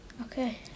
Okay